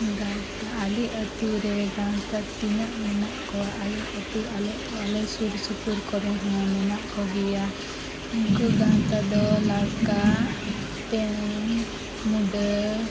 ᱜᱟᱶᱛᱟ ᱟᱞᱮ ᱟᱹᱛᱩᱨᱮ ᱜᱟᱶᱛᱟ ᱛᱤᱱᱟᱹᱜ ᱢᱮᱱᱟᱜ ᱠᱚᱣᱟ ᱟᱞᱮ ᱟᱹᱛᱩ ᱟᱞᱮ ᱟᱞᱮ ᱥᱩᱨ ᱥᱩᱯᱩᱨ ᱠᱚᱨᱮ ᱦᱚᱸ ᱢᱮᱱᱟᱜ ᱠᱚᱜᱮᱭᱟ ᱩᱱᱠᱩ ᱜᱟᱶᱛᱟ ᱫᱚ ᱞᱟᱲᱠᱟ ᱯᱮᱲᱮ ᱢᱩᱰᱟᱹ